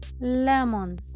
Lemon